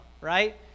right